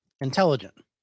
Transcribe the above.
Intelligent